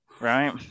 right